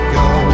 go